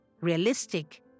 realistic